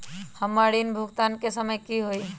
हमर ऋण भुगतान के समय कि होई?